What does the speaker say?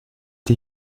die